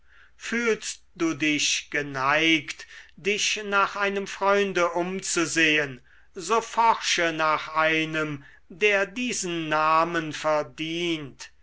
fühlst du dich geneigt dich nach einem freunde umzusehen so forsche nach einem der diesen namen verdient